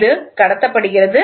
இது கடத்தப்படுகிறது